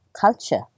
culture